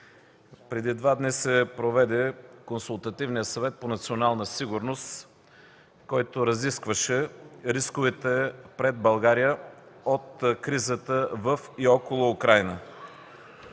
Преди два дни се проведе Консултативният съвет по национална сигурност, който разискваше рисковете пред България от кризата в и около Украйна.